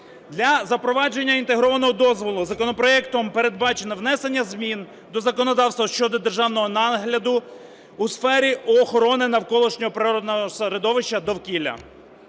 Для запровадження інтегрованого дозволу законопроектом передбачено внесення змін до законодавства щодо державного нагляду у сфері охорони навколишнього природного середовища, довкілля.